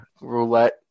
roulette